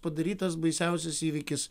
padarytas baisiausias įvykis